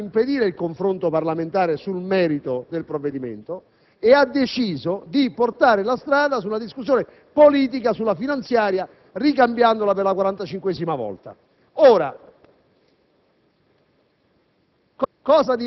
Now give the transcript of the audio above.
ha scelto una strada che è quella di impedire il confronto parlamentare sul merito del provvedimento e di spostarlo sulla discussione politica sulla finanziaria, ricambiandola per la quarantacinquesima volta.